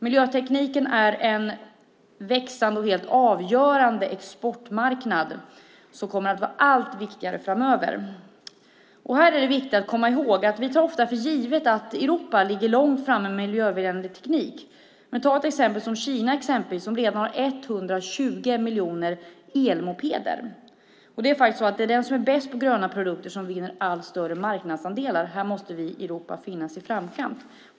Miljötekniken är en växande och helt avgörande exportmarknad som kommer att vara allt viktigare framöver. Här är det viktigt att komma ihåg att vi ofta tar för givet att Europa ligger långt framme när det gäller miljövänlig teknik. Men Kina har exempelvis redan 120 miljoner elmopeder. Det är faktiskt så att den som är bäst på gröna produkter vinner allt större marknadsandelar. Här måste vi i Europa finnas i framkant.